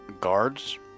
guards